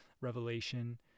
Revelation